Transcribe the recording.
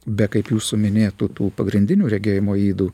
be kaip jūsų minėtų tų pagrindinių regėjimo ydų